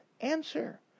answer